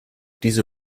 diese